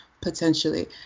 potentially